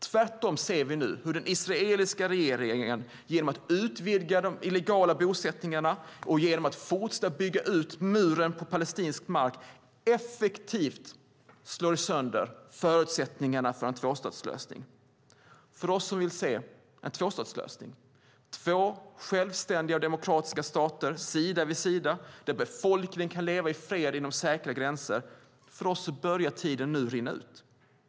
Tvärtom ser vi hur den israeliska regeringen genom att utvidga de illegala bosättningarna och genom att fortsätta att bygga muren på palestinsk mark effektivt slår sönder förutsättningarna för en tvåstatslösning. För oss som vill se en tvåstatslösning, två självständiga och demokratiska stater sida vid sida, där befolkningen kan leva i fred inom säkra gränser börjar tiden nu rinna ut.